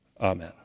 Amen